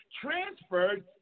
transferred